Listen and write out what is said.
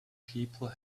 people